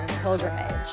pilgrimage